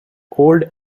old